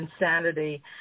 insanity